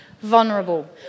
vulnerable